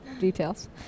details